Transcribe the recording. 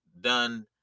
done